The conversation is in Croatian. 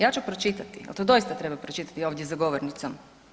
Ja ću pročitati, … .…al to doista treba pročitati ovdje za govornicom.